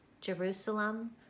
Jerusalem